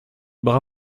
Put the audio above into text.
bras